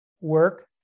work